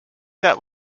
that